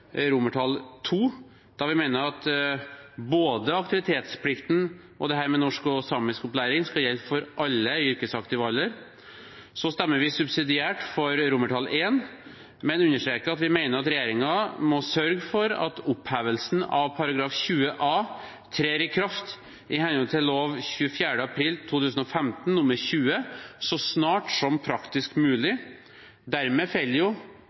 Så stemmer vi subsidiært for romertall I, men understreker at vi mener at regjeringen må sørge for at opphevelsen av § 20 a trer i kraft i henhold til lov 24. april 2015 nr. 20 så snart som praktisk mulig. Dermed